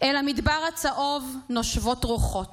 אל המדבר הצהוב נושבות רוחות /